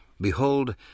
Behold